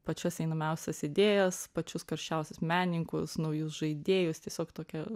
pačias įdomiausias idėjas pačius karščiausius menininkus naujus žaidėjus tiesiog tokia